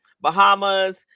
Bahamas